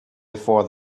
before